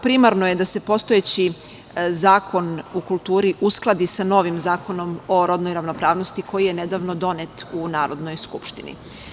Primarno je da se postojeći Zakon o kulturi uskladi sa novim Zakonom o rodnoj ravnopravnosti koji je nedavno donet u Narodnoj skupštini.